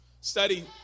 Study